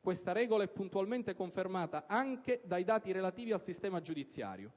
Questa regola è puntualmente confermata anche dai dati relativi al sistema giudiziario.